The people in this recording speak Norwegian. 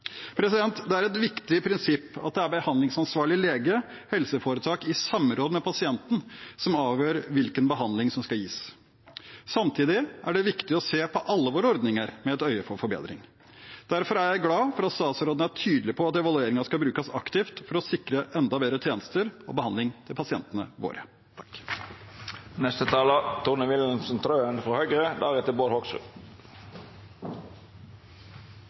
Det er et viktig prinsipp at det er behandlingsansvarlig lege og helseforetak i samråd med pasienten som avgjør hvilken behandling som skal gis. Samtidig er det viktig å se på alle våre ordninger med et øye på forbedringer. Derfor er jeg glad for at statsråden er tydelig på at evalueringen skal brukes aktivt for å sikre enda bedre tjenester og behandling for pasientene våre.